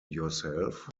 yourself